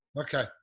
Okay